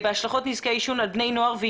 העישון.